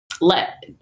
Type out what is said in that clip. let